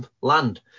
land